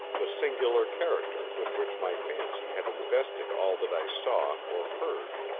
the singular character with which my fancy had invested all that i saw or heard.